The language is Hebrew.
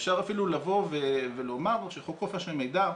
אפשר אפילו לבוא ולומר שחוק חופש המידע,